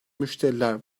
müşteriler